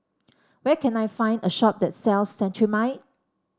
where can I find a shop that sells Cetrimide